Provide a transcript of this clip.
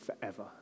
forever